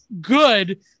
good